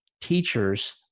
teachers